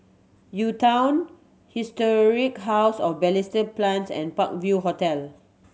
U Town Historic House of Balestier Plains and Park View Hotel